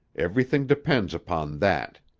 everything depends upon that.